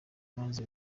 maze